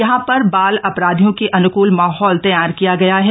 यहां पर बाल अपराधियों के अन्कूल माहौल तैयार किया गया है